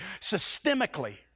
systemically